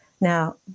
now